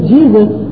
Jesus